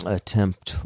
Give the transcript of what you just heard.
Attempt